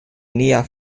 nia